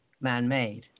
man-made